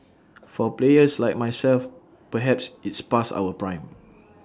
for players like myself perhaps it's past our prime